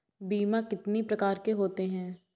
बीमा कितनी प्रकार के होते हैं?